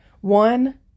One